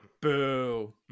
Boo